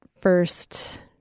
first